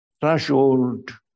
threshold